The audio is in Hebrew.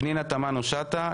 פנינה תמנו שטה,